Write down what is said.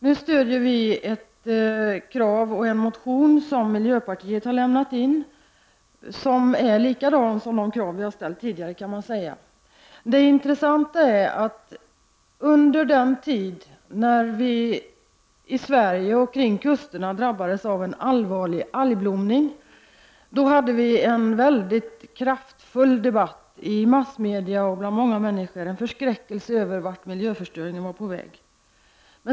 Nu stödjer vi en motion som miljöpartiet har lämnat in, där sådana krav ställs som de vi har ställt tidigare. När vi i Sverige och våra kuster drabbades av en allvarlig algblomning hade vi en väldigt kraftfull debatt i massmedierna och bland människorna. Man uttryckte sin förskräckelse över miljöförstöringen.